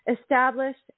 established